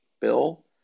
bill